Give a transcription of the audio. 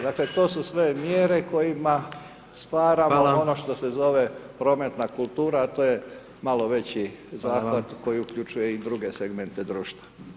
Dakle, to su sve mjere kojima stvaramo [[Upadica: Hvala.]] ono što se zove prometna kultura, a to je malo veći zahvat koji uključuje i druge segmente društva.